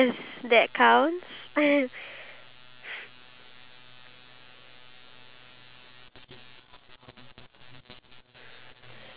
form stating that okay you're officially with that person itself but if you're gonna get married and then you not going to have that same level of love